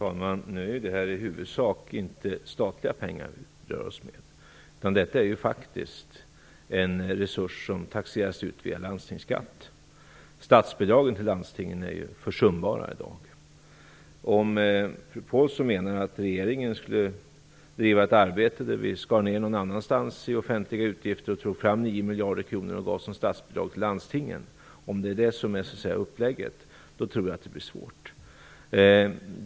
Fru talman! Det är i huvudsak inte statliga pengar vi rör oss med. Detta är faktiskt en resurs som taxeras ut via landstingsskatt. Statsbidragen till landstingen är ju försumbara i dag. Menar fru Pålsson att regeringen skall driva ett arbete med att skära ner någon annanstans i de offentliga utgifterna och ta fram 9 miljarder kronor och ge som statsbidrag till landstingen? Det tror jag blir svårt.